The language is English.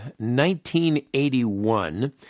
1981